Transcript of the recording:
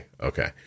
Okay